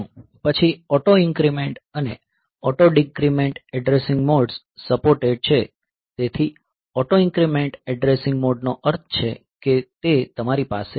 પછી auto increment અને auto decrement addressing modes supported છે તેથી ઓટો ઇન્ક્રીમેંટ એડ્રેસિંગ મોડનો અર્થ છે કે તે તમારી પાસે છે